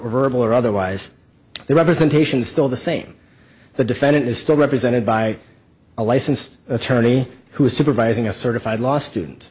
verbal or otherwise the representation is still the same the defendant is still represented by a licensed attorney who is supervising a certified law student